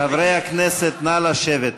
חברי הכנסת, נא לשבת.